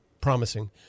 promising